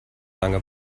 lange